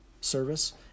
service